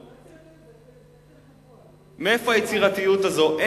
זה לא יצירתיות, זה pattern קבוע.